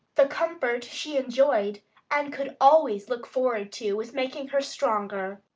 the comfort she enjoyed and could always look forward to was making her stronger.